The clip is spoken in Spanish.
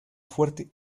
fuerte